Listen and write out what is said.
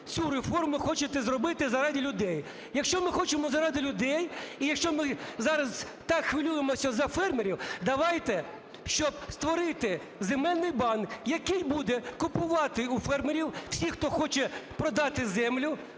цю реформу хочете зробити заради людей. Якщо ми хочемо заради людей і якщо ми зараз так хвилюємося за фермерів, давайте, щоб створити земельний банк, який буде купувати у фермерів, всі, хто хоче продати землю,